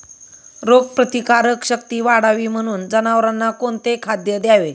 रोगप्रतिकारक शक्ती वाढावी म्हणून जनावरांना कोणते खाद्य द्यावे?